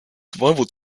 survival